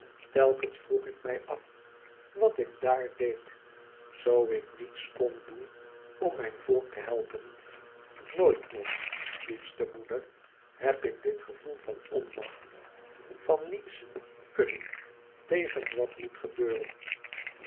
telkens vroeg ik mij af wat ik daar deed zoo ik niets kon doen om mijn volk te helpen nooit nog liefste moeder heb ik dit gevoel van onmacht van niets kunnen tegen wat moet gebeuren